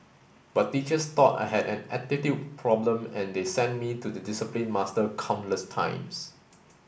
but teachers thought I had an attitude problem and they sent me to the discipline master countless times